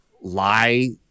lie